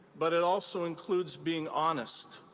but it also includes being honest.